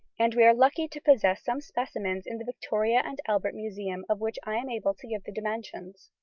and we are lucky to possess some specimens in the victoria and albert museum of which i am able to give the dimensions.